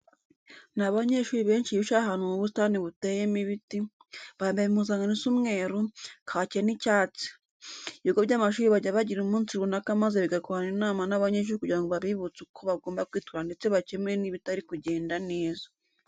Ni abanyeshuri benshi bicaye ahantu mu busitani buteyeno ibiti, bambaye impuzankano isa umweru, kake n'icyatsi. Ibigo by'amashuri bajya bagira umunsi runaka maze bigakorana inama n'abanyeshuri kugira ngo babibutse uko bagomba kwitwara ndetse bakemure n'ibitari kugenda neza.